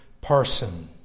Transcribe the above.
person